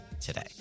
today